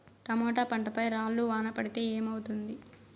Tomato పంట పై రాళ్లు వాన పడితే ఏమవుతుంది?